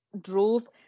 drove